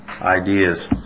ideas